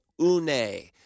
une